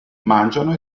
mangiano